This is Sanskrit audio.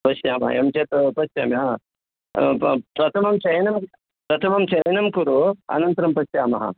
पश्यामः एवं चेत् पश्यामि प्रथमं चयनं प्रथमं चयनं कुरु अनन्तरं पश्यामः